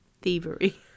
thievery